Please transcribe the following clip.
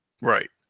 Right